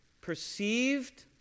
perceived